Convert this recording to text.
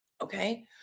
okay